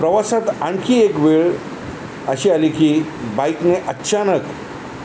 प्रवासात आणखी एक वेळ अशी आली की बाईकने अचानक